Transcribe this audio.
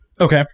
Okay